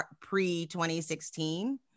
pre-2016